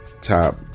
top